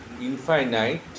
infinite